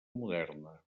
moderna